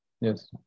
Yes